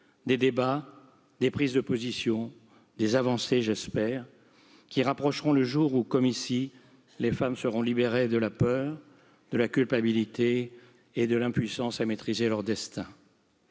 des débats, des prises de positions, des avancées, J'espère qui rapprocheront le jour où, comme ici, les femmes seront libérées de la peur de la culpabilité et de l'impuissance à maîtriser leur destin.